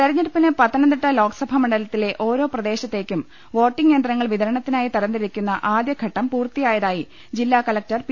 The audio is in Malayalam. തെരഞ്ഞെടുപ്പിന് പത്തനംതിട്ട ലോക്സഭാ മണ്ഡലത്തിലെ ഓരോ പ്രദേശത്തേക്കും വോട്ടിങ് യന്ത്രങ്ങൾ വിതരണത്തിനായി തരംതിരിക്കുന്ന ആദ്യഘട്ടം പൂർത്തിയായതായി ജില്ലാകലക്ടർ പി